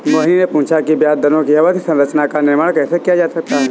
मोहिनी ने पूछा कि ब्याज दरों की अवधि संरचना का निर्माण कैसे किया जाता है?